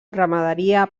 ramaderia